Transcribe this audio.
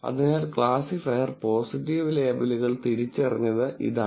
അതിനാൽ classifier positive ലേബലുകൾ തിരിച്ചറിഞ്ഞത് ഇതാണ്